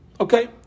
Okay